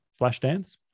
Flashdance